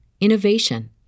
innovation